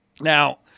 Now